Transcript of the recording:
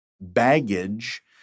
baggage